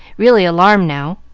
really alarmed now,